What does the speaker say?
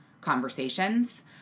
conversations